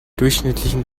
durchschnittlichen